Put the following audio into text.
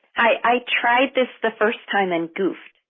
i tried this the first time and goofed,